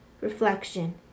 Reflection